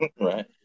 Right